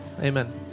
Amen